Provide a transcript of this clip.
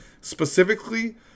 Specifically